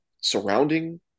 surrounding